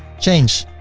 change.